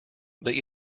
they